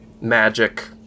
magic